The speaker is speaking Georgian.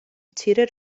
მცირე